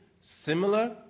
similar